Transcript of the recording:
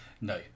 No